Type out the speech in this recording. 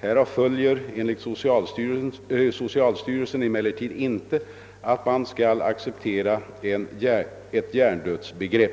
Härav följer enligt socialstyrelsen emellertid inte att man skall acceptera ett hjärndödsbegrepp.